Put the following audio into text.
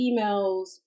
emails